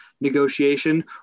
negotiation